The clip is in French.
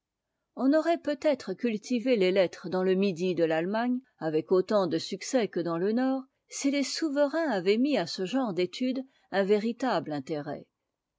on aurait peut-être cultivé les lettres dans le midi de l'allemagne avec autant de succès que dans le nord si les souverains avaient mis à ce genre d'étude un véritable intérêt